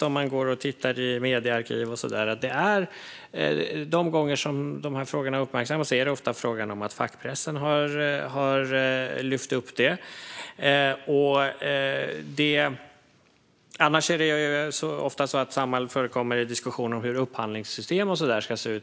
Om man tittar i mediearkiv, exempelvis, ser man att de gånger som dessa frågor uppmärksammas är det ofta fackpressen som lyfter upp dem. Annars förekommer Samhall ofta i diskussioner om hur upphandlingssystem och sådant ska se ut.